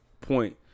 point